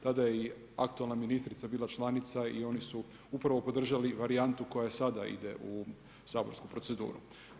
Tada je i aktualna ministrica bila članica i oni su upravo podržali varijantu koja sada ide u saborsku proceduru.